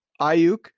Ayuk